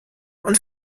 und